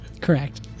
Correct